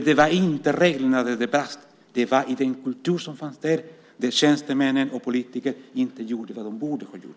Det var inte i reglerna det brast utan i den kultur som fanns där tjänstemän och politiker inte gjorde vad de borde ha gjort.